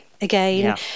again